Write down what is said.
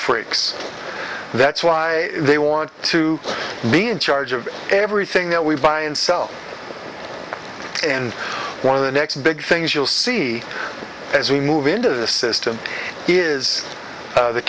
freaks that's why they want to be in charge of everything that we buy and sell and one of the next big things you'll see as we move into the system is